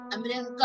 America